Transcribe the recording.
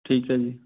ਠੀਕ ਹੈ ਜੀ